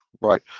right